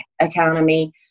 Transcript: economy